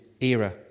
era